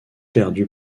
perdus